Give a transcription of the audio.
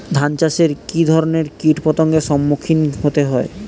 ধান চাষে কী ধরনের কীট পতঙ্গের সম্মুখীন হতে হয়?